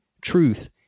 truth